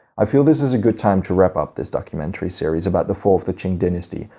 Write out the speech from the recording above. i feel this is a good time to wrap up this documentary series about the fall of the qing dynasty,